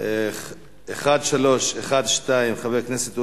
בהתאם לסעיף 151 לתקנון הכנסת.